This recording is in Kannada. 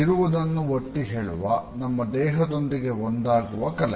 ಇರುವುದನ್ನು ಒತ್ತಿ ಹೇಳುವ ನಮ್ಮ ದೇಹದೊಂದಿಗೆ ಒಂದಾಗುವ ಕಲೆ